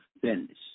finish